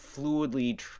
fluidly